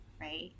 right